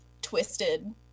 twisted